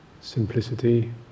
simplicity